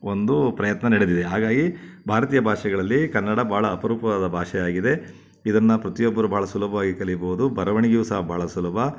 ಒಂದು ಪ್ರಯತ್ನ ನಡೆದಿದೆ ಹಾಗಾಗಿ ಭಾರತೀಯ ಭಾಷೆಗಳಲ್ಲಿ ಕನ್ನಡ ಭಾಳ ಅಪರೂಪವಾದ ಭಾಷೆ ಆಗಿದೆ ಇದನ್ನು ಪ್ರತಿಯೊಬ್ಬರೂ ಬಹಳ ಸುಲಭವಾಗಿ ಕಲೀಬೌದು ಬರವಣಿಗೆಯೂ ಸಹ ಭಾಳ ಸುಲಭ